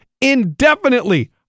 indefinitely